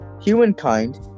humankind